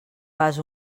pas